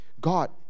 God